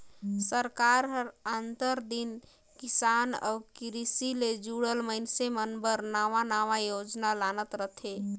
सरकार हर आंतर दिन किसान अउ किरसी ले जुड़ल मइनसे मन बर नावा नावा योजना लानत रहथे